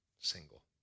single